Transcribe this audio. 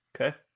Okay